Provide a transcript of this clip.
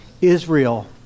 Israel